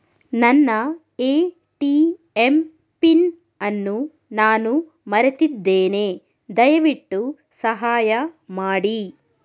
ನನ್ನ ATM pin ಅನ್ನು ನಾನು ಮರೆತಿದ್ದೇನೆ, ದಯವಿಟ್ಟು ಸಹಾಯ ಮಾಡಿ